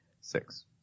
Six